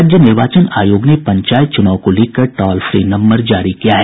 राज्य निर्वाचन आयोग ने पंचायत चुनाव को लेकर टॉल फ्री नम्बर जारी किया है